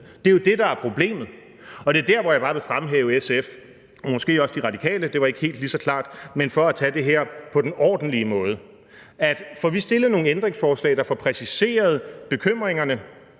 Det er jo det, der er problemet, og det er bare der, hvor jeg vil fremhæve SF og måske også De Radikale – det var ikke helt lige så klart – for at tage det her på den ordentlige måde, så vi får stillet nogle ændringsforslag, der præciserer bekymringerne